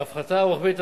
ההפחתה הרוחבית,